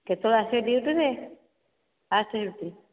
କେତେବେଳେ ଆସିବ ଡିଉଟିରେ ଫାଷ୍ଟ ଡିଉଟି